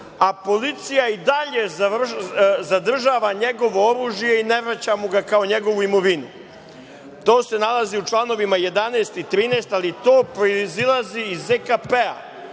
a policija i dalje zadržava njegovo oružje i ne vraća mu ga kao njegovu imovinu. To se nalazi u čl. 11. i 13, ali to proizilazi iz ZKP-a. Znači,